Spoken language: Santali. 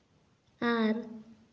ᱟᱨ